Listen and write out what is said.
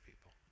people